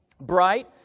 bright